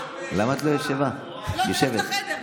לא, אני הולכת לחדר.